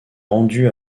rendue